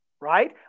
right